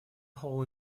hall